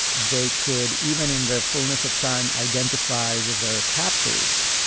they could, even in the fullness of time, identify with their captors.